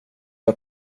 jag